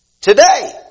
Today